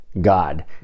God